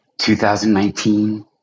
2019